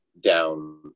down